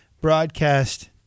broadcast